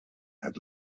had